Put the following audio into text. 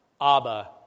Abba